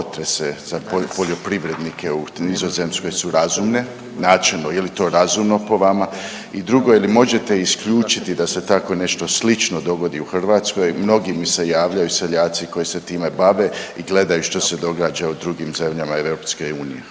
poljoprivrednike u Nizozemskoj su razume, načelno je li to razumno po vama? I drugo je li možete isključiti da se tako nešto slično dogodi u Hrvatskoj? Mnogi mi se javljaju seljaci koji se time bave i gledaju što se događa u drugim zemljama EU.